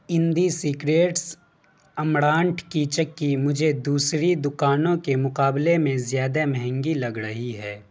اندی secrets amaranth کی چکی مجھے دوسری دکانوں کے مقابلے میں زیادہ مہنگی لگ رہی ہے